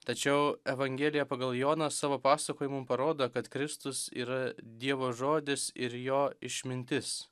tačiau evangelija pagal joną savo pasakojimu parodo kad kristus yra dievo žodis ir jo išmintis